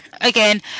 Again